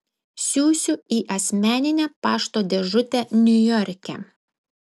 siųsiu į asmeninę pašto dėžutę niujorke